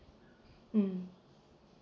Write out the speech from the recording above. mm